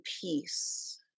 peace